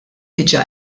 diġà